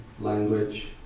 language